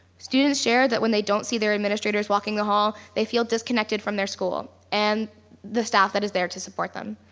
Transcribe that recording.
students shared that when they don't see their administrators walking the hall, they feel disconnected from their school and the staff that is there to support them.